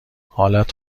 حالت